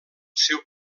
seu